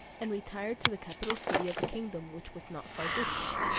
and retired to the capital city of a kingdom which was not far distant.